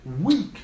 weak